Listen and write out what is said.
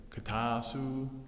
Katasu